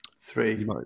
three